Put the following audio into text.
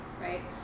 right